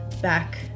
back